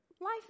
life